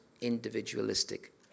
individualistic